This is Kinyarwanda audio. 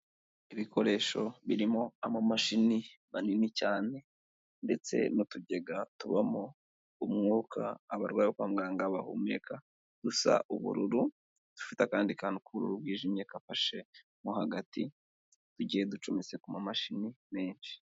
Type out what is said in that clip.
Ibikoresho birimo amamashini manini cyane ndetse n'utugega tubamo umwuka abarwayi bo kwa muganga bahumeka, dusa ubururu, dufite akandi kantu k'ubururu bwijimye kafashe mo hagati, tugiye ducometse ku mamashini menshi.